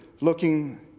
looking